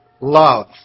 love